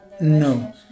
No